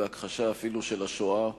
ואפילו הכחשה של השואה.